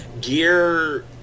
Gear